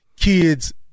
kids